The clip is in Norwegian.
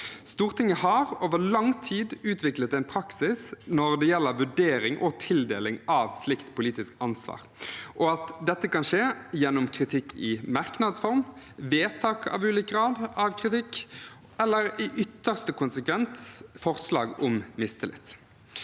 Stortinget har over lang tid utviklet en praksis når det gjelder vurdering og tildeling av slikt politisk ansvar, og dette kan skje gjennom kritikk i merknads form, vedtak av ulik grad av kritikk, eller, i ytterste konsekvens, forslag om mistillit.